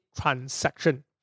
transaction